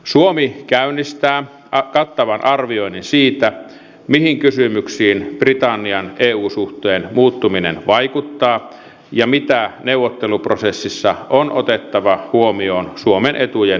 suomi käynnistää kattavan arvioinnin siitä mihin kysymyksiin britannian eu suhteen muuttuminen vaikuttaa ja mitä neuvotteluprosessissa on otettava huomioon suomen etujen turvaamiseksi